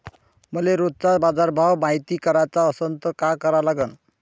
मले रोजचा बाजारभव मायती कराचा असन त काय करा लागन?